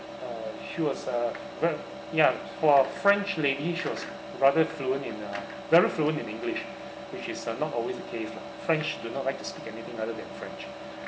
uh she was a ve~ ya for a french lady she was rather fluent in uh very fluent in english which is uh not always the case lah french do not like to speak anything other than french